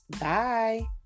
Bye